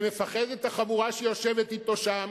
ומפחדת החבורה שיושבת אתו שם,